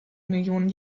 millionen